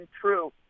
true